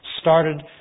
started